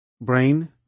Brain